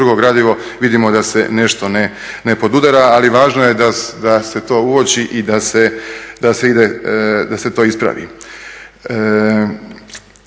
drugo gradivo, vidimo da se nešto ne podudara, ali važno je da se to uoči i da se to ispravi.